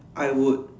I would